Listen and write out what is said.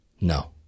No